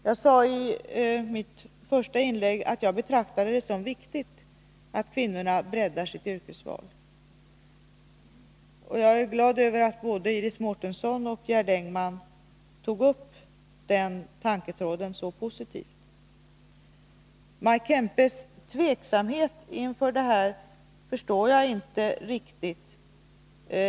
Jag sade i mitt första inlägg att jag betraktar det som viktigt att kvinnorna breddar sitt yrkesval. Jag är glad över att både Iris Mårtensson och Gerd Engman tog upp den tanketråden så positivt. Maj Kempes tveksamhet inför det här förstår jag inte riktigt.